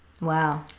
Wow